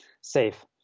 safe